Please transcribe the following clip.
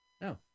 no